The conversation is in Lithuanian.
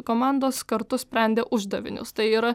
komandos kartu sprendė uždavinius tai yra